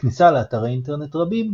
בכניסה לאתרי אינטרנט רבים,